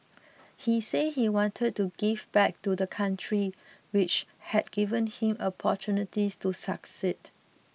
he said he wanted to give back to the country which had given him opportunities to succeed